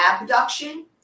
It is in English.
abduction